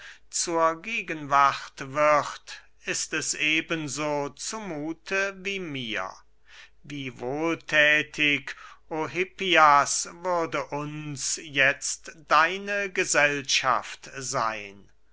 zur gegenwart wird ist es eben so zu muthe wie mir wie wohlthätig o hippias würde uns jetzt deine gesellschaft seyn